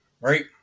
right